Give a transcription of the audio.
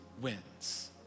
wins